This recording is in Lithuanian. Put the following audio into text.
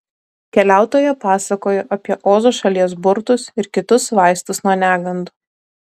keliautoja pasakojo apie ozo šalies burtus ir kitus vaistus nuo negandų